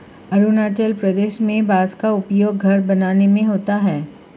अरुणाचल प्रदेश में बांस का उपयोग घर बनाने में होता है